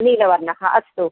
नीलवर्णः अस्तु